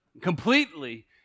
completely